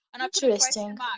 Interesting